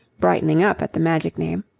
brightening up at the magic name.